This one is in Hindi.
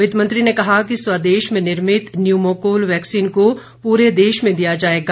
वित्तमंत्री ने कहा कि स्वदेश में निर्मित न्यूमोकोल वैक्सीन को पूरे देश में दिया जायेगा